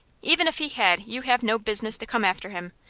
even if he had you have no business to come after him.